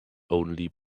only